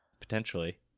Potentially